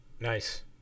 nice